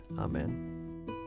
Amen